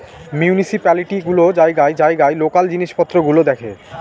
municipality গুলো জায়গায় জায়গায় লোকাল জিনিস পত্র গুলো দেখে